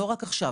לא רק עכשיו,